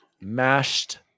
mashed